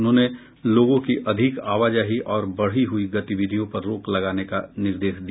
उन्होंने लोगों की अधिक आवाजाही और बढ़ी हुई गतिविधियों पर रोक लगाने का निर्देश दिया